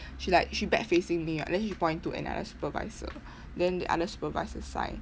she like she back facing me [what] then she point to another supervisor then the other supervisor sign